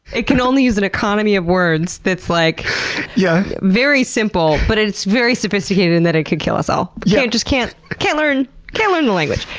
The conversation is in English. it can only use an economy of words that's like yeah very simple. but it's very sophisticated in that it could kill us all. yeah and just can't can't learn and the language.